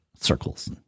circles